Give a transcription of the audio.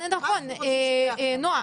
נכון נעה,